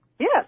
Yes